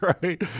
Right